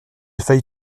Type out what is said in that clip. failli